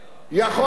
ולכן,